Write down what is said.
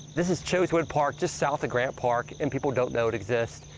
this is chosewood park, just south of grant park. and people don't know it exists,